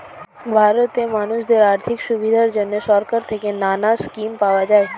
ভারতে মানুষদের আর্থিক সুবিধার জন্যে সরকার থেকে নানা স্কিম পাওয়া যায়